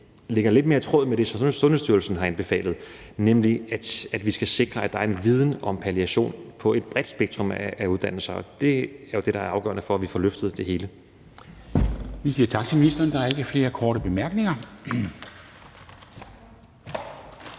det ligger lidt mere i tråd med det, Sundhedsstyrelsen har anbefalet, nemlig at vi skal sikre, at der er en viden om palliation inden for et bredt spektrum af uddannelser. Og det er jo det, der er afgørende for, at vi får løftet det hele. Kl. 10:23 Formanden (Henrik Dam Kristensen): Vi siger tak til ministeren. Der er ikke flere korte bemærkninger.